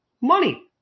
Money